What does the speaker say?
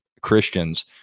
Christians